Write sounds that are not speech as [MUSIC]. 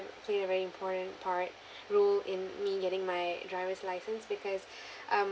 played a very important part role in me getting my driver's license because [BREATH] um